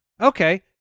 Okay